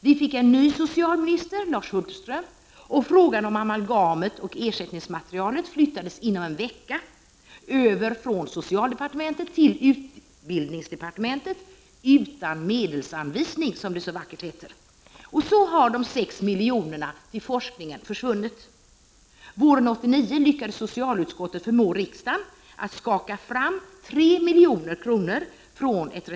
Vi fick en ny socialminister, Sven Hulterström, och frågan om amalgamet och ersättningsmaterialet flyttades inom en vecka över från socialdepartementet till utbildningsdepartementet ”utan medelsanvisning”, som det så vackert heter. På detta sätt har de 6 miljonerna till forskningen försvunnit. Våren 1989 lyckades socialutskottet förmå riksdagen att skaka fram 3 milj.